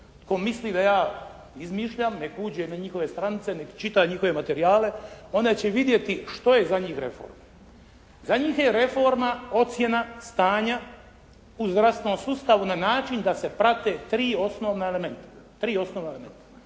Tko misli da ja izmišljam neka uđe na njihove stranice, neka čita njihove materijale onda će vidjeti što je za njih reforma. Za njih je reforma ocjena stanja u zdravstvenom sustavu na način da se prate tri osnovna elementa.